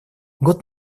год